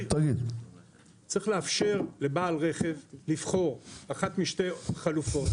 צריך לאפשר לבעל רכב לבחור אחת משתי חלופות: